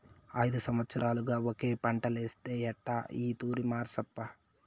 ఐదు సంవత్సరాలుగా ఒకే పంటేస్తే ఎట్టా ఈ తూరి మార్సప్పా